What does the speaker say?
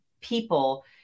people